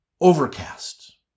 overcast